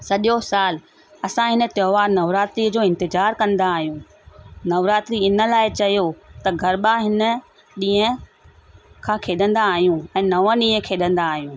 सॼो सालु असां हिन त्योहारु नवरात्री जो इतिज़ारु कंदा आहियूं नवरात्री इन लाइ चयो त गरबा हिन ॾिंह खां खेॾंदा आहियूं ऐं नव ॾींहं खेॾंदा आहियूं